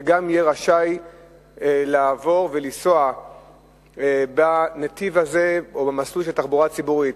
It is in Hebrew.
גם כן יהיה רשאי לעבור ולנסוע בנתיב הזה או במסלול של התחבורה הציבורית.